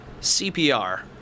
CPR